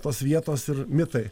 tos vietos ir mitai